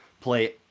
play